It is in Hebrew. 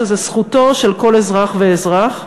שזו זכותו של כל אזרח ואזרח.